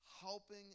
helping